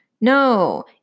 No